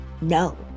No